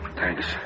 Thanks